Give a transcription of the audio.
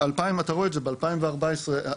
ב-2014.